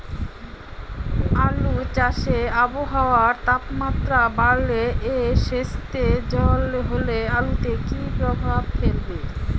আলু চাষে আবহাওয়ার তাপমাত্রা বাড়লে ও সেতসেতে হলে আলুতে কী প্রভাব ফেলবে?